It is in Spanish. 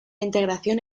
integración